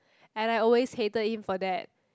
and I always hated him for that